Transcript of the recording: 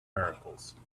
miracles